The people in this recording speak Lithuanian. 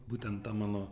būtent tą mano